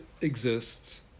exists